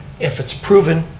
if it's proven,